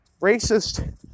racist